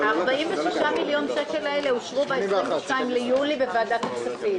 ה-46 מיליון שקל האלה אושרו ב-22 ביולי בוועדת הכספים.